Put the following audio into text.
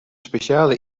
speciale